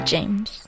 James